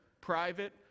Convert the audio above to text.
private